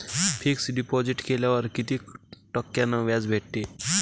Fix deposit केल्यावर कितीक टक्क्यान व्याज भेटते?